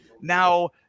Now